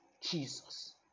Jesus